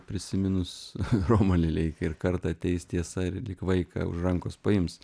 prisiminus romą lileikį ir kartą ateis tiesa ir lyg vaiką už rankos paims